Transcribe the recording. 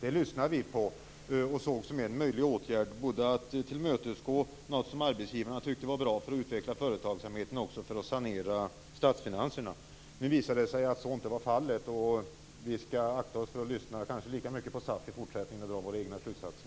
Vi lyssnade på det, och vi såg det som möjligt att tillmötesgå arbetsgivarna när det gällde något de tyckte var bra för utvecklingen av företagsamheten och också för att sanera statsfinanserna. Nu visade det sig att så inte var fallet. Vi skall akta oss för att lyssna lika mycket på SAF i fortsättningen och i stället dra våra egna slutsatser.